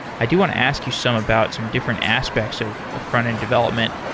i do want to ask you some about some different aspects of frontend development.